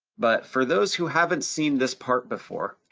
but for those who haven't seen this part before,